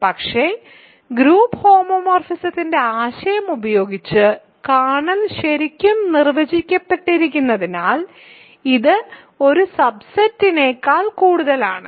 പക്ഷേ ഗ്രൂപ്പ് ഹോമോമോർഫിസത്തിന്റെ ആശയം ഉപയോഗിച്ച് കേർണൽ ശരിക്കും നിർവചിക്കപ്പെട്ടിരിക്കുന്നതിനാൽ ഇത് ഒരു സബ്സെറ്റിനേക്കാൾ കൂടുതലാണ്